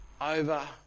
over